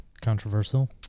controversial